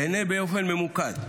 אענה באופן ממוקד.